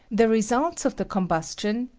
the results of the combustion.